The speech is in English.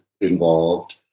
involved